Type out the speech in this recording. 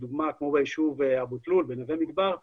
לדוגמה כמו ביישוב אבו תלול ונווה מדבר,